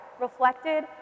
reflected